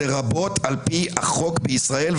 לרבות על פי החוק בישראל,